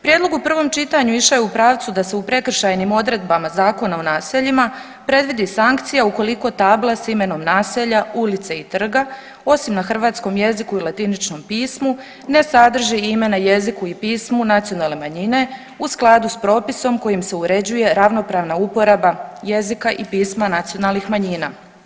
Prijedlog u prvom čitanju išao je u pravu da e u prekršajnim odredbama Zakona o naseljima predvidi sankcija ukoliko tabla s imenom naselja, ulice i trga osim na hrvatskom jeziku i latiničnom pismu ne sadrži ime na jeziku i pismu nacionalne manjine u skladu s propisom kojim se uređuje ravnopravna uporaba jezika i pisma nacionalnih manjina.